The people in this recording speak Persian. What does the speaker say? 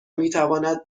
میتواند